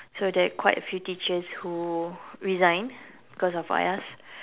so there are quite a few teachers who resigned cause of us